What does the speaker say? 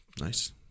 nice